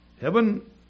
Heaven